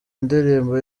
ndirimbo